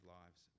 lives